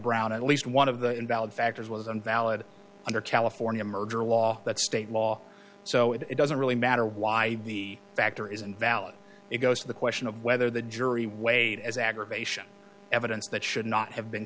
brown at least one of the invalid factors was invalid under california murder law that state law so it doesn't really matter why the factor isn't valid it goes to the question of whether the jury weighed as aggravation evidence that should not have been